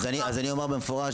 רנטגן.